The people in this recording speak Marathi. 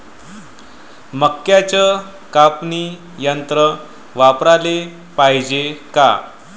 मक्क्याचं कापनी यंत्र वापराले पायजे का?